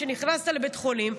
נכנסת לבית חולים,